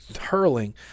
hurling